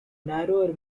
narrower